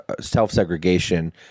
self-segregation